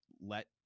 let